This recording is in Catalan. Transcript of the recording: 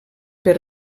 per